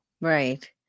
right